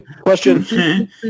Question